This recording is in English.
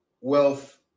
wealth